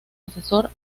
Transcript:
asesor